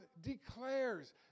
declares